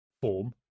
form